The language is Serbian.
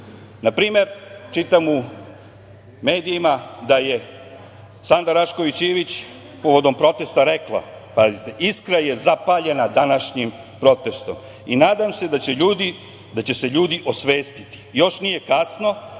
primer, čitam u medijima da je Sanda Rašković Ivić povodom protesta rekla, pazite: „Iskra je zapaljena današnjim protestom i nadam se da će se ljudi osvestiti. Još nije kasno